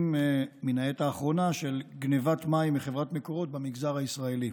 מן העת האחרונה של גנבת מים מחברת מקורות במגזר הישראלי.